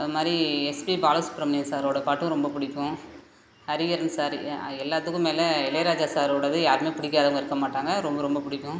அதுமாதிரி எஸ்பி பாலசுப்ரமணியம் சாரோட பாட்டும் ரொம்ப பிடிக்கும் ஹரிஹரன் சாரு யா எல்லாத்துக்கும் மேலே இளையராஜா சாரோடது யாருமே பிடிக்காதவங்க இருக்கமாட்டாங்க ரொம்ப ரொம்ப பிடிக்கும்